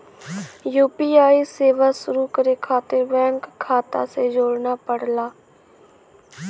UPI सेवा शुरू करे खातिर बैंक खाता से जोड़ना पड़ला